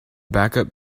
backup